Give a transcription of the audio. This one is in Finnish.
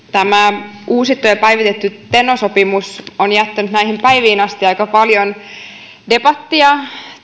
tämä uusittu ja päivitetty teno sopimus on jättänyt näihin päiviin asti aika paljon debattia